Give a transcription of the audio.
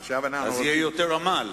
אז יהיה יותר עמל.